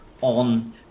on